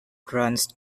runs